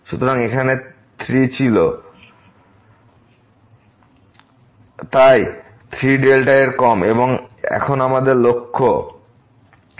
সুতরাং এখানে 3 ছিল তাই 3δ এর কম এবং এখন আমাদের লক্ষ্য কি